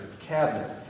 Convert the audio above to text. cabinet